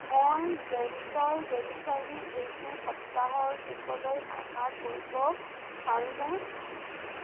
মই জেমছৰ ডেলিভাৰী এইটো সপ্তাহৰ শেষলৈ আশা কৰিব পাৰোঁনে